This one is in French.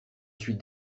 suis